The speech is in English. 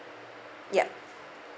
yup